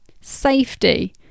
safety